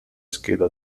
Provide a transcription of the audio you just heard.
scheda